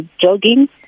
jogging